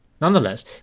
Nonetheless